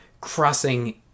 crossing